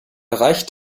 reicht